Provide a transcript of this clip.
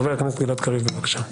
חבר הכנסת גלעד קריב, בבקשה.